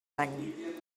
any